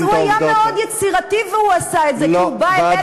אז הוא היה מאוד יצירתי והוא עשה את זה כי הוא בא אלינו ואמר,